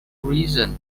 reasons